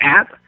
app